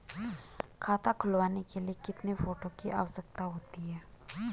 खाता खुलवाने के लिए कितने फोटो की आवश्यकता होती है?